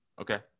okay